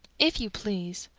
if you please,